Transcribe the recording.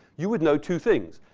you would know two things.